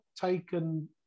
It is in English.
taken